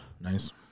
Nice